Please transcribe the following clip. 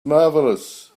marvelous